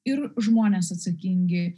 ir žmonės atsakingi